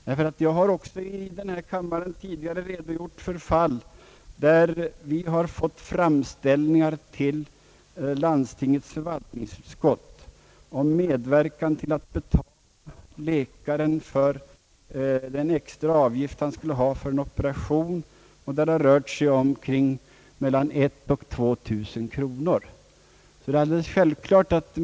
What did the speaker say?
Här i kammaren har jag tidigare redogjort för fall där förvaltningsutskott fått framställning om medverkan för att betala läkaren för den extra avgift han skulle ha för en operation på privatsjukhus, där det rört sig mellan 1 000 och 2 000 kronor.